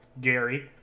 Gary